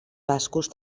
bascos